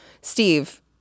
Steve